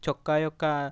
చొక్కా యొక్క